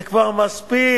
זה כבר מספיק.